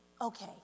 okay